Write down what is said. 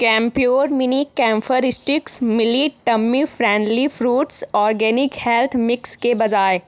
Campure mini camphor sticks मिली tummy friendly fruits organic health mix के बजाय